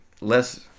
less